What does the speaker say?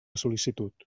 sol·licitud